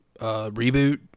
reboot